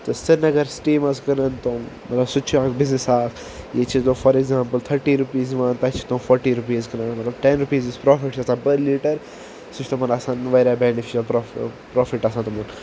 Srinagar city منٛز کٕنن تِم سُہ تہِ چھُ اکھ بِزنِس اکھ ییٚتہِ چھِ یوان فار اٮ۪کزامپٕل تھٔٹیٖی رُپیٖز یوان تَتہِ چھ تِم فوٹی رُپیٖز کٕنان مطلب ٹٮ۪ن رُپیٖز یُس پرٛافِٹ چھُ آسان پٔر لیٖٹر سُہ چھُ تِمن آسان واریاہ بینفشل پرٛافِٹ آسان تِمَن